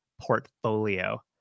portfolio